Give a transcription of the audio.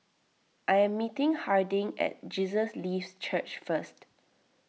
I am meeting Harding at Jesus Lives Church first